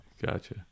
Gotcha